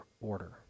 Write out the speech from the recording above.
order